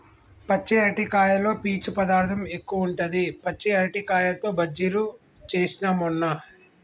పచ్చి అరటికాయలో పీచు పదార్ధం ఎక్కువుంటది, పచ్చి అరటికాయతో బజ్జిలు చేస్న మొన్న